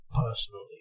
personally